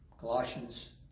Colossians